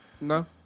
No